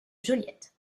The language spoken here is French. joliette